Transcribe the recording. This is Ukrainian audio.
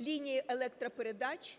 лінії електропередач,